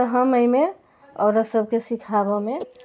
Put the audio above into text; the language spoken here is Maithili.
तऽ हम एहिमे औरत सभके सिखाबऽमे